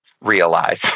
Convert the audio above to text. realize